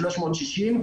360,